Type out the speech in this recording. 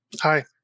Hi